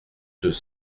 deux